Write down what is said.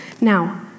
Now